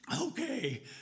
Okay